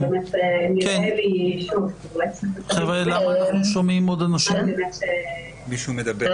שמעתי את דבריו של יושב-ראש הוועדה בקשב רב,